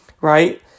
right